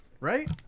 Right